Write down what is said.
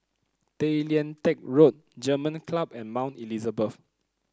Tay Lian Teck Road German Club and Mount Elizabeth